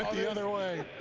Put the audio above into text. the other way.